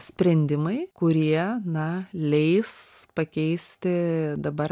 sprendimai kurie na leis pakeisti dabar